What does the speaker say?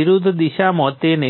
R રેઝિસ્ટરનું મૂલ્ય છે